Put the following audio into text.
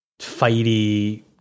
fighty